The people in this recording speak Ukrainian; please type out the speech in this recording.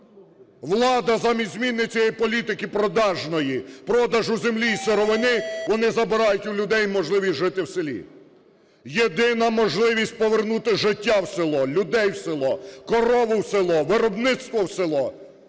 Влада замість зміни цієї політики продажної - продажу землі і сировини, - вони забирають у людей можливість жити в селі. Єдина можливість повернути життя в село, людей в село, корову в село, виробництво в село